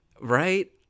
right